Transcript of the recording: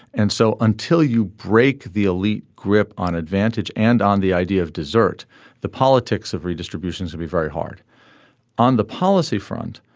and so until you break the elite grip on advantage and on the idea of desert the politics of redistribution is to be very hard on the policy front.